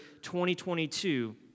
2022